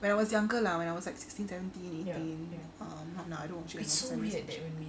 when I was younger lah when I was like sixteen seventeen eighteen